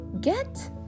get